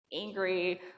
angry